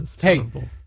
Hey